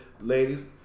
ladies